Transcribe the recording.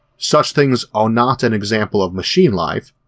such things are not an example of machine life,